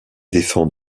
défends